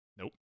nope